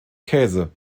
käse